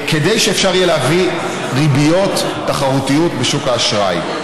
כדי שאפשר להביא ריביות תחרותיות בשוק האשראי.